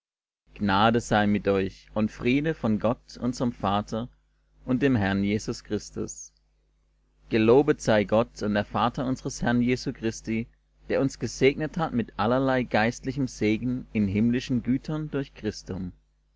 gnade sei mit euch und friede von gott unserm vater und dem herrn jesus christus gelobet sei gott und der vater unsers herrn jesu christi der uns gesegnet hat mit allerlei geistlichem segen in himmlischen gütern durch christum